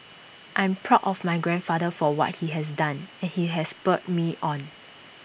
I'm proud of my grandfather for what he has done and IT has spurred me on